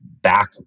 back